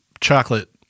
chocolate